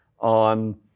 on